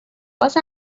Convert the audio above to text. باز